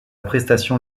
prestation